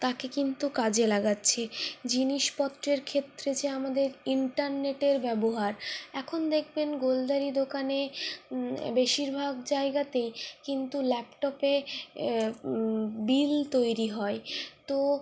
তাকে কিন্তু কাজে লাগাচ্ছে জিনিসপত্রের ক্ষেত্রে যে আমাদের ইন্টারনেটের ব্যবহার এখন দেখবেন গোলদারি দোকানে বেশিরভাগ জায়গাতেই কিন্তু ল্যাপটপে বিল তৈরি হয় তো